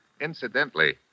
Incidentally